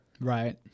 right